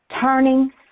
turning